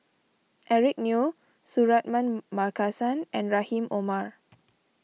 Eric Neo Suratman Markasan and Rahim Omar